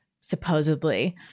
supposedly